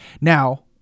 Now